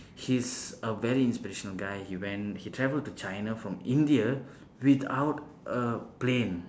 he's a very inspirational guy he went he traveled to china from india without a plane